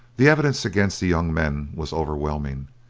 the evidence against the young men was overwhelming,